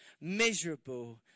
miserable